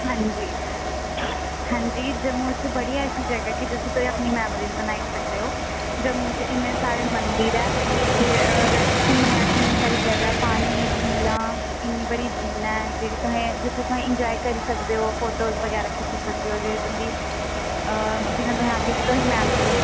हांजी हांजी जम्मू इत्थै बड़ी ऐसी जगह ऐ जित्थै कोई अपनी मेमरीज बनाई सकदा ऐ जम्मू च इन्ने सारे मदिंर न और घुम्मने आह्ली इन्नी सारी जगह ऐ पानी झीलां इन्नी सारी झीलां ऐ जेहड़ी तुसेंगी जित्थूं तुसें एन्जाॅय करी सकदे ओ फोटोस बगैरा खिच्ची सकदे हो जि'यां तुस आक्खा दे कि तुसें गी मेमरीज